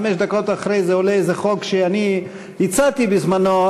חמש דקות אחרי זה עולה איזה חוק שאני הצעתי בזמנו,